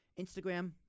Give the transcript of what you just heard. Instagram